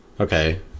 okay